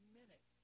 minute